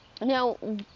now